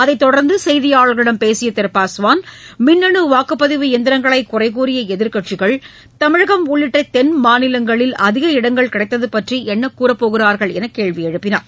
அதைத் தொடர்ந்து செய்தியாளர்களிடம் பேசிய திரு பாஸ்வான் மின்னணு வாக்குப்பதிவு இயந்திரங்களை குறைகூறிய எதிர்க்கட்சிகள் தமிழகம் உள்ளிட்ட தென்மாநிலங்களில் அக்கட்சிகளுக்கு அதிக இடங்கள் கிடைத்தது பற்றி என்ன கூறப்போகிறார்கள் என்று கேள்வி எழுப்பினார்